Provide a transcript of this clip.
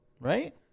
Right